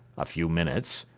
a few minutes,